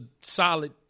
solid